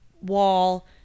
wall